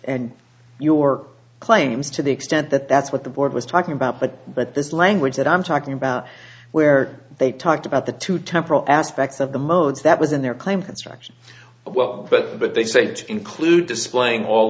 and your claims to the extent that that's what the board was talking about but but this language that i'm talking about where they talked about the two temporal aspects of the modes that was in their claim constructions well but but they said to include displaying all